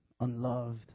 unloved